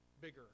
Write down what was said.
bigger